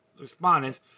respondents